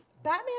Batman